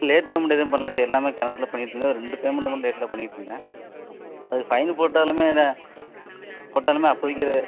late payment எதுவும் பண்ணல sir எல்லாமே கரண்ட்டில் பண்ணிட்டுருந்தேன் ஒரு ரெண்டு பேமெண்ட் மட்டும் லேட்டில் பண்ணிட்டுருந்தேன் அது ஃபைன் போட்டாலுமே இது போட்டாலுமே அப்போதைக்கு